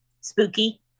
Spooky